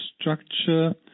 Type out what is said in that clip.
structure